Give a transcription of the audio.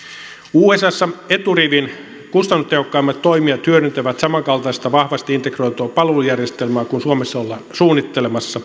usassa eturivin kustannustehokkaimmat toimijat hyödyntävät samankaltaista vahvasti integroitua palvelujärjestelmää kuin suomessa ollaan suunnittelemassa